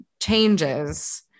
changes